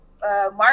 Mark